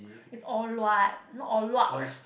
it's Or-Luat not Or-Luak